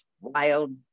wild